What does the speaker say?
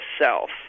self